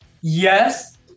Yes